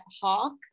hawk